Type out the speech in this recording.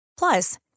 Plus